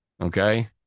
Okay